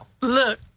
look